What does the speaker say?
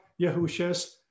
Yahusha's